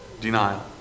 denial